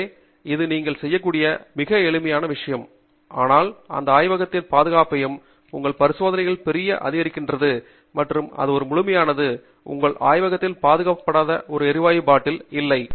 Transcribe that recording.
எனவே இது நீங்கள் செய்யக்கூடிய ஒரு மிக எளிய விஷயம் ஆனால் உங்கள் ஆய்வகத்தின் பாதுகாப்பையும் உங்கள் பரிசோதனைகளையும் பெரிதும் அதிகரிக்கிறது மற்றும் அது ஒரு முழுமையானது உங்கள் ஆய்வகத்தில் பாதுகாக்கப்படாத ஒரு எரிவாயு பாட்டில் இல்லை